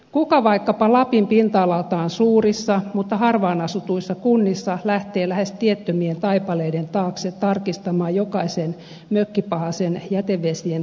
kuka vaikkapa lapin pinta alaltaan suurissa mutta harvaanasutuissa kunnissa lähtee lähes tiettömien taipaleiden taakse tarkistamaan jokaisen mökkipahasen jätevesien käsittelyn tilaa